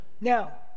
Now